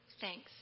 Thanks